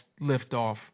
liftoff